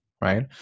right